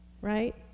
Right